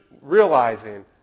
realizing